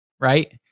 Right